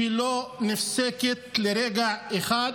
שלא נפסקת לרגע אחד.